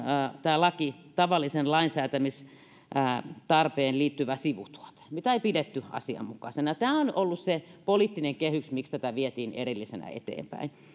tämä laki oli tavalliseen lainsäätämistarpeeseen liittyvä sivutuote mitä ei pidetty asianmukaisena tämä on ollut se poliittinen kehys miksi tätä vietiin erillisenä eteenpäin